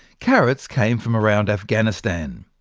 carrots came from around afghanistan.